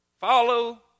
Follow